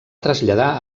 traslladar